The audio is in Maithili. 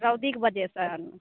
रौदीके वजहसँ